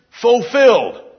fulfilled